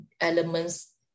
elements